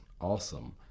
awesome